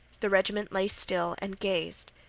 the regiment lay still and gazed.